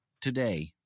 today